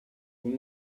con